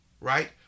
Right